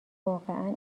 واقعا